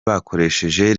bakoresheje